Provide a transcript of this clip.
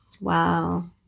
Wow